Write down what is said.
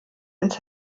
ins